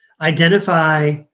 Identify